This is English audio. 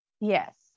Yes